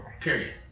Period